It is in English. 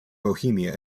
bohemia